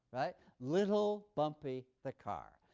right little bumpy the car,